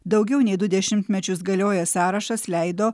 daugiau nei du dešimtmečius galiojęs sąrašas leido